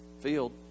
field